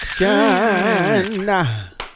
action